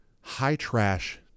high-trash